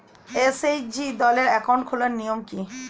SHG দলের account খোলার নিয়ম কী?